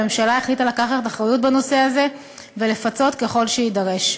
והממשלה החליטה לקחת אחריות בנושא הזה ולפצות ככל שיידרש.